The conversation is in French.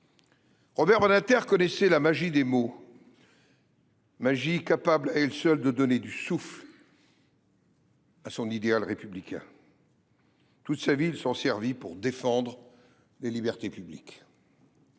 Robert Badinter connaissait la magie des mots, magie capable à elle seule de donner du souffle à son idéal républicain. Toute sa vie il s’en servit pour défendre les libertés publiques.